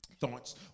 thoughts